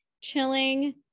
chilling